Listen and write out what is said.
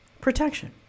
protection